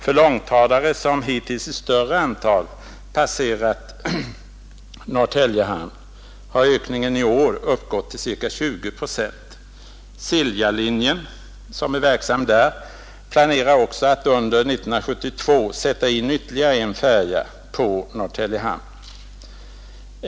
För långtradare, som hittills i större antal passerat Norrtälje hamn, har ökningen i år uppgått till ca 20 procent. Siljalinjen som är verksam där planerar också att under 1972 sätta in ytterligare en färja på Norrtälje hamn.